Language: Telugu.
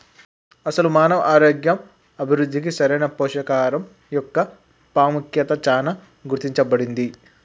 అసలు మానవ ఆరోగ్యం మరియు అభివృద్ధికి సరైన పోషకాహరం మొక్క పాముఖ్యత చానా గుర్తించబడింది